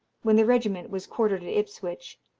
when the regiment was quartered at ipswich,